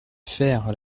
faire